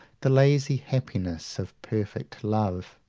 the lazy happiness of perfect love,